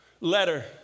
letter